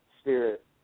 Spirit